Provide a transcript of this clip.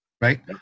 right